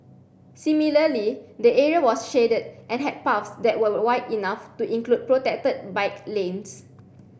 similarly the area was shaded and had paths that were wide enough to include protected bike lanes